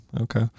okay